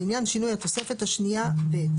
לעניין שינוי התוספת השנייה ב',